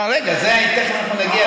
שלמה, רגע, תכף אנחנו נגיע